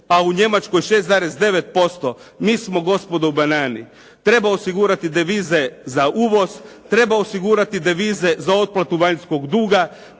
a u Njemačkoj 6,9% mi smo gospodo u banani. Treba osigurati devize za uvoz, treba osigurati devize za otplatu vanjskog duga,